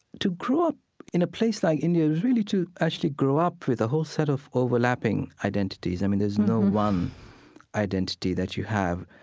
to grow up in a place like india, it was really to actually grow up with a whole set of overlapping identities. i mean, there's no one identity that you have.